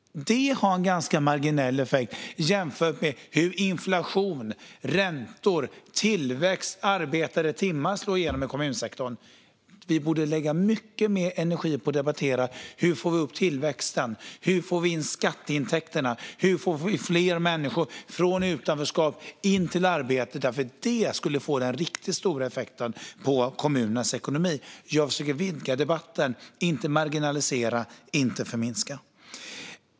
Det har en ganska marginell effekt jämfört med hur inflation, räntor, tillväxt och arbetade timmar slår igenom i kommunsektorn. Vi borde lägga mycket mer energi på att debattera hur vi får upp tillväxten, hur vi får in skatteintäkter, hur vi får in fler människor från utanförskap i arbete. Det skulle få den riktigt stora effekten på kommunernas ekonomi. Jag försöker vidga debatten, inte marginalisera och inte förminska.